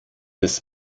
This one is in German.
des